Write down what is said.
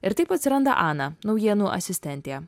ir taip atsiranda ana naujienų asistentė